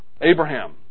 Abraham